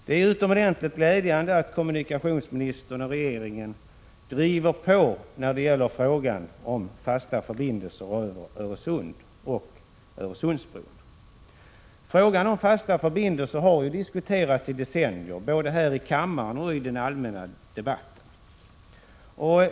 Det är utomordentligt glädjande att kommunikationsministern och regeringen driver på när det gäller frågan om fasta förbindelser över Öresund och Öresundsbron. Dessa frågor har diskuterats i decennier både här i kammaren och i den allmänna debatten.